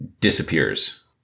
disappears